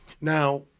Now